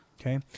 Okay